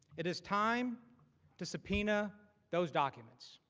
it is time to subpoena those arguments.